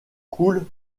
coule